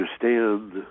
understand